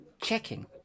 checking